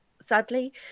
sadly